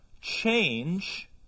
change